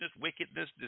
wickedness